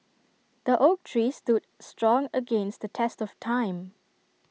the oak tree stood strong against the test of time